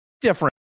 different